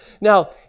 Now